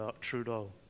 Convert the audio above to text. Trudeau